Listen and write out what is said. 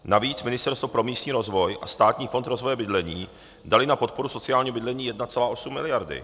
Navíc Ministerstvo pro místní rozvoj a Státní fond rozvoje bydlení daly na podporu sociálního bydlení 1,8 miliardy.